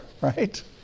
right